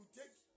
take